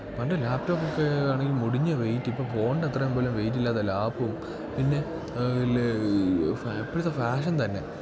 പണ്ട് ലാപ്ടോപ്പൊക്കെ ആണേലും മുടിഞ്ഞ വെയ്റ്റ് ഇപ്പം ഫോണിൻറ്റത്രേം പോലും വെയിറ്റില്ലാത്ത ലാപ്പും പിന്നെ ഇപ്പോഴത്തെ ഫാഷൻ തന്നെ